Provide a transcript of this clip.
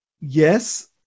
Yes